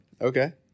Okay